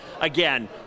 again